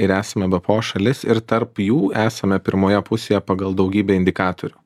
ir esam ebpo šalis ir tarp jų esame pirmoje pusėje pagal daugybę indikatorių